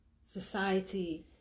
society